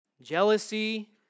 jealousy